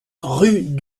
rue